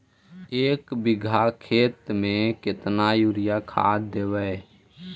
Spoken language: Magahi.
एक बिघा खेत में केतना युरिया खाद देवै?